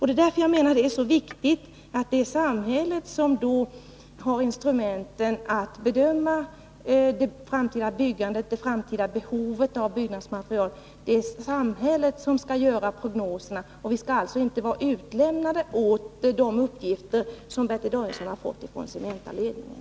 Det är därför som jag menar att det är så viktigt att det är samhället som har instrumenten för att bedöma det framtida byggandet och det framtida behovet av byggnadsmaterial. Det är samhället som skall göra prognoserna. Vi skall alltså inte vara utlämnade åt de uppgifter som Bertil Danielsson har fått från Cementaledningen.